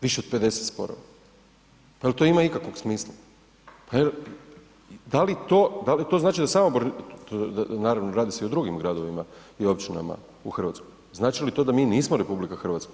Više od 50 sporova, pa jel to ima ikakvog smisla, pa jel, da li to, da li to znači da Samobor, naravno radi se i o drugim gradovima i općinama u RH, znači li to da mi nismo RH?